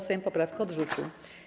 Sejm poprawkę odrzucił.